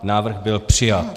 Návrh byl přijat.